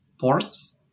ports